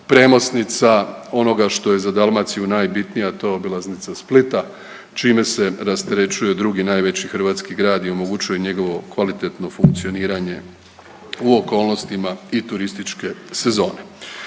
premosnica onoga što je za Dalmaciju najbitnije, a to je obilaznica Splita čime se rasterećuje drugi najveći hrvatski grad i omogućuje njegovo kvalitetno funkcioniranje u okolnostima i turističke sezone.